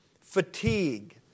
fatigue